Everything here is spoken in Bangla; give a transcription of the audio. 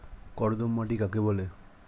কর্দম মাটি কাকে বলে?